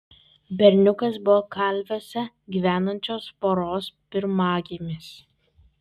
berniukas buvo kalviuose gyvenančios poros pirmagimis